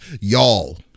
y'all